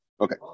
Okay